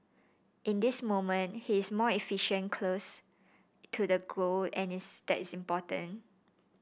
in this moment he is more efficient close to the goal and this is important